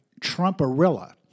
Trumparilla